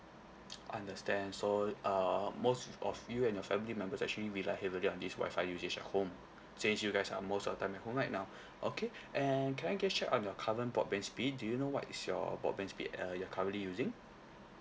understand so err most of you and your family members actually rely heavily on this wi-fi usage at home since you guys are most of the time at home right now okay and can I just check on your current broadband speed do you know what is your broadband speed uh you are currently using